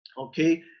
Okay